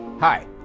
Hi